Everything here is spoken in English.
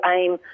aim